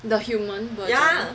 the human version